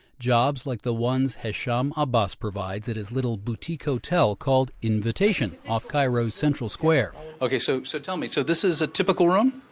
jobs like the ones hesham abass provides at his little boutique hotel called invitation off cairo's central square ok, so so tell me so this is a typical room?